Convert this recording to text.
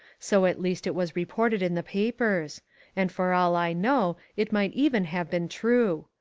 so at least it was reported in the papers and for all i know it might even have been true.